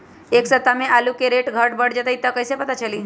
एक सप्ताह मे आलू के रेट घट ये बढ़ जतई त कईसे पता चली?